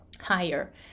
higher